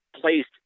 placed